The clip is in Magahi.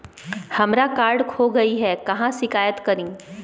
हमरा कार्ड खो गई है, कहाँ शिकायत करी?